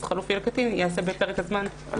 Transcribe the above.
לקטין ייעשה בפרק הזמן שהחוק קובע.